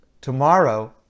Tomorrow